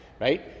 right